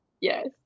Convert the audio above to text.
yes